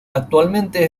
actualmente